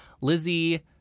Lizzie